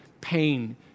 pain